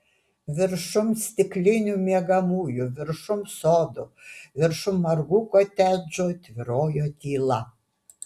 viršum stiklinių miegamųjų viršum sodų viršum margų kotedžų tvyrojo tyla